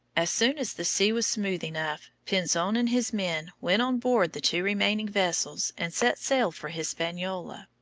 as soon as the sea was smooth enough pinzon and his men went on board the two remaining vessels and set sail for hispaniola.